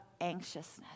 anxiousness